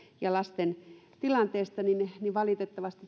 ja lasten tilanteesta valitettavasti